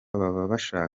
babasha